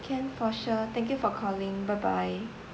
can for sure thank you for calling bye bye